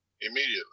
immediately